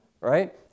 right